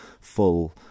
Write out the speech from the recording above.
full